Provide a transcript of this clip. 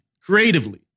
creatively